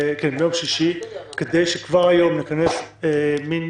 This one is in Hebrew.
שישי כדי שכבר היום נכנס מין